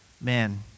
man